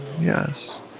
yes